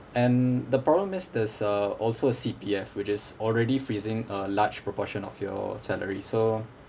and the problem is there's uh also C_P_F which is already freezing a large proportion of your salary so